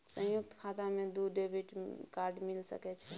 संयुक्त खाता मे दू डेबिट कार्ड मिल सके छै?